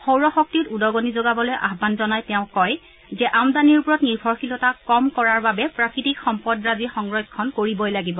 সৌৰশক্তিত উদগনি যোগাবলৈ আহান জনাই তেওঁ কয় যে আমদানিৰ ওপৰত নিৰ্ভৰশীলতা কম কৰাৰ বাবে প্ৰাকৃতিক সম্পদৰাজি সংৰক্ষণ কৰিবই লাগিব